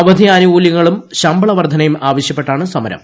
അവധി ആനുകൂല്യങ്ങളും ശമ്പള വർദ്ധനയും ആവശ്യപ്പെട്ടാണ് സമരം